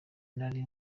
nari